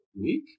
week